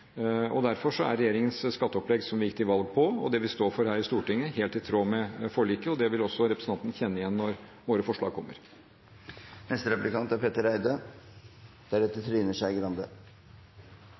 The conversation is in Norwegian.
mer. Derfor er skatteopplegget som vi gikk til valg på, og det vi står for her i Stortinget, helt i tråd med forliket. Det vil også representanten kjenne igjen når våre forslag kommer. Som vi er